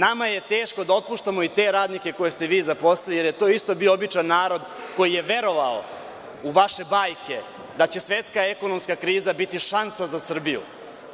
Nama je teško da otpuštamo i te radnike koje ste vi zaposlili, jer je to isto bio običan narod koji je verovao u vaše bajke, da će svetska ekonomska kriza biti šansa za Srbiju,